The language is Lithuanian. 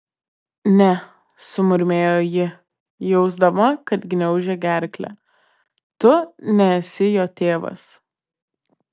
ne sumurmėjo ji jausdama kad gniaužia gerklę tu nesi jo tėvas